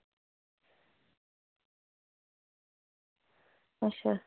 अच्छा